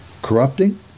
Corrupting